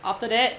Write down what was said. after that